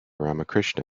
ramakrishna